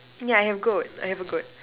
yeah I have goat I have a goat